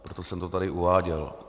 Proto jsem to tady uváděl.